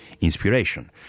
inspiration